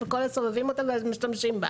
הסובבים אותה והמשתמשים בה.